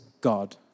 God